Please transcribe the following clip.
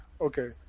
Okay